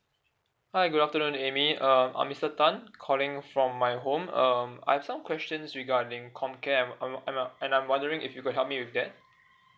hi good afternoon amy uh I'm mister tan calling from my home um I've some questions regarding comcare I'm I'm I'm uh and I'm wondering if you could help me with that